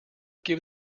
give